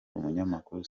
umunyamakuru